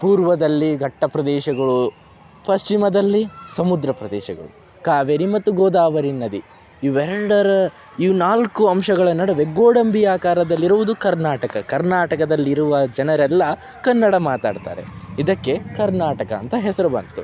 ಪೂರ್ವದಲ್ಲಿ ಘಟ್ಟ ಪ್ರದೇಶಗಳೂ ಪಶ್ಚಿಮದಲ್ಲಿ ಸಮುದ್ರ ಪ್ರದೇಶಗಳು ಕಾವೇರಿ ಮತ್ತು ಗೋದಾವರಿ ನದಿ ಇವು ಎರಡರ ಈ ನಾಲ್ಕು ಅಂಶಗಳ ನಡುವೆ ಗೋಡಂಬಿ ಆಕಾರದಲ್ಲಿರುವುದು ಕರ್ನಾಟಕ ಕರ್ನಾಟಕದಲ್ಲಿರುವ ಜನರೆಲ್ಲ ಕನ್ನಡ ಮಾತಾಡ್ತಾರೆ ಇದಕ್ಕೆ ಕರ್ನಾಟಕ ಅಂತ ಹೆಸರು ಬಂತು